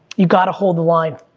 you gotta hold the line.